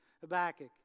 Habakkuk